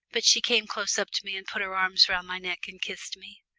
but she came close up to me and put her arms round my neck and kissed me.